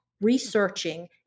researching